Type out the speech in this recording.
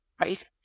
right